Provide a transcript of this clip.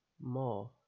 more